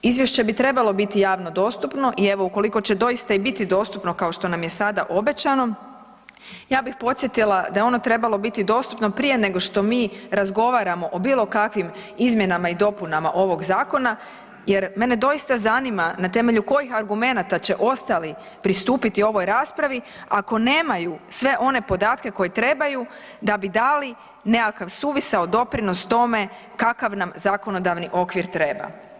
Izvješće bi trebalo biti javno dostupno i evo ukoliko će doista biti dostupno kao što nam je sada obećano, ja bih posjetila da je ono trebalo biti dostupno prije nego što mi razgovaramo o bilo kakvim izmjenama i dopunama ovog zakona jer mene doista zanima na temelju kojih argumenata će ostali pristupiti ovoj raspravi ako nemaju sve one podatke koje trebaju da bi dali nekakav suvisao doprinos tome kakav nam zakonodavni okvir treba.